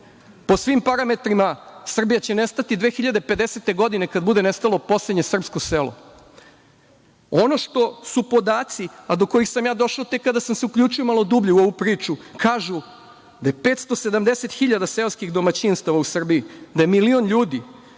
Po svim parametrima, Srbija će nestati 2050. godine, kada bude nestalo poslednje srpsko selo. Ono što su podaci, a do kojih sam ja došao tek kada sam se uključio malo dublje u ovu priču, kažu da je 570.000 seoskih domaćinstava u Srbiji, da je milion ljudi,